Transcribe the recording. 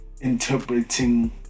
interpreting